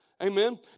Amen